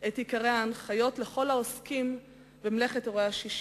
את עיקרי ההנחיות לכל העוסקים במלאכת אירועי ה-60,